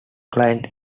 clients